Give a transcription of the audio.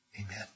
Amen